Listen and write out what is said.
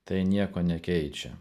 tai nieko nekeičia